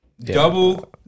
Double